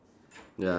ya